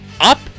up